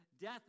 death